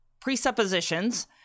presuppositions